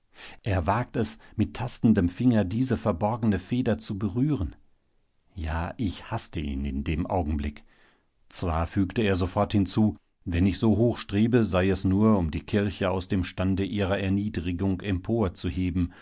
er wagt es mit tastendem finger diese verborgene feder zu berühren ja ich haßte ihn in dem augenblick zwar fügte er sofort hinzu wenn ich so hoch strebe sei es nur um die kirche aus dem stande ihrer erniedrigung empor